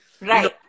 Right